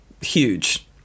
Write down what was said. huge